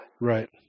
Right